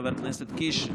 חבר הכנסת קיש.